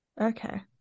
Okay